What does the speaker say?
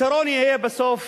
פתרון יהיה בסוף,